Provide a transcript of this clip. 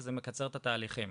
וזה מקצר את התהליכים.